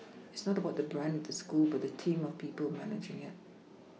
it's not about the brand of the school but the team of people managing it